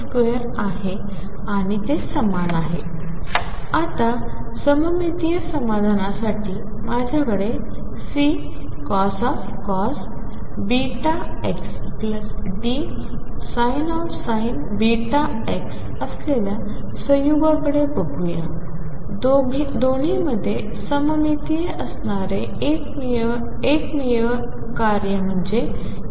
Nowआता सममितीय समाधानासाठी माझ्याकडे Ccos βx Dsin βx असलेल्या संयोगाकडे बघूया दोन्हीमध्ये सममितीय असणारे एकमेव कार्य म्हणजे cosine